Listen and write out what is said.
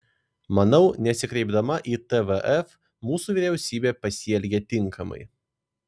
manau nesikreipdama į tvf mūsų vyriausybė pasielgė tinkamai